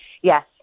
Yes